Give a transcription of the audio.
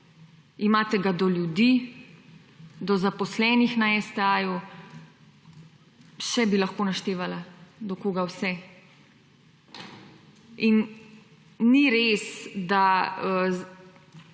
imate ga do ljudi, do zaposlenih na STA še bi lahko naštevala do koga vse. Ni res, da